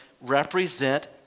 represent